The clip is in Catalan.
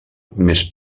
més